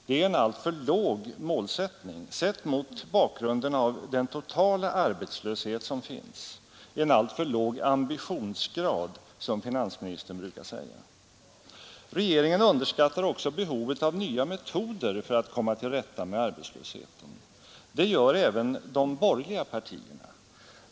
Det är en alltför låg målsättning, sett mot bakgrunden av den totala arbetslöshet som finns — en alltför låg ambitionsgrad, som finansministern brukar säga. Regeringen underskattar också behovet av nya metoder för att komma till rätta med arbetslösheten. Det gör även de borgerliga partierna.